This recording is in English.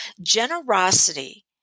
Generosity